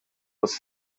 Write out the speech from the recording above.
was